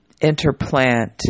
interplant